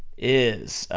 is,